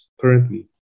currently